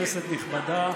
כנסת נכבדה,